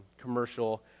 commercial